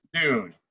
dude